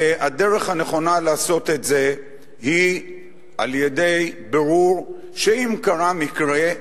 הדרך הנכונה לעשות את זה היא בירור, אם קרה מקרה,